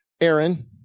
Aaron